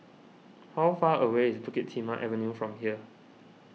how far away is Pukit Timah Avenue from here